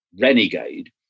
renegade